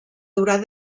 durar